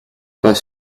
pas